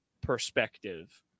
perspective